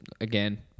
again